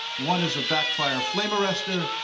one is a backfire flame arrester,